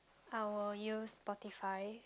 I will use Spotify